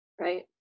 right